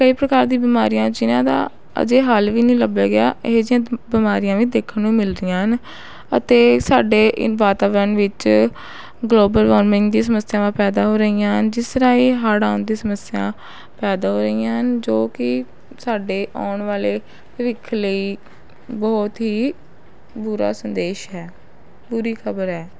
ਕਈ ਪ੍ਰਕਾਰ ਦੀਆਂ ਬਿਮਾਰੀਆਂ ਜਿਨ੍ਹਾਂ ਦਾ ਅਜੇ ਹੱਲ ਵੀ ਨਹੀਂ ਲੱਭਿਆ ਗਿਆ ਇਹ ਜਿਹੀਆਂ ਬਿਮਾਰੀਆਂ ਵੀ ਦੇਖਣ ਵਿੱਚ ਮਿਲ ਰਹੀਆਂ ਹਨ ਅਤੇ ਸਾਡੇ ਇਹ ਵਾਤਾਵਰਨ ਵਿੱਚ ਗਲੋਬਲ ਵਾਰਮਿੰਗ ਦੀ ਸਮੱਸਿਆਵਾਂ ਪੈਦਾ ਹੋ ਰਹੀਆਂ ਹਨ ਜਿਸ ਰਾਹੀਂ ਹੜ੍ਹ ਆਉਣ ਦੀ ਸਮੱਸਿਆ ਪੈਦਾ ਹੋ ਰਹੀਆਂ ਹਨ ਜੋ ਕਿ ਸਾਡੇ ਆਉਣ ਵਾਲੇ ਭਵਿੱਖ ਲਈ ਬਹੁਤ ਹੀ ਬੁਰਾ ਸੰਦੇਸ਼ ਹੈ ਬੁਰੀ ਖਬਰ ਹੈ